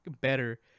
better